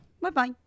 Bye-bye